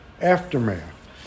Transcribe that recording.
aftermath